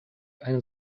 eine